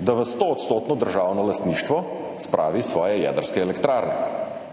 da v 100-odstotno državno lastništvo spravi svoje jedrske elektrarne.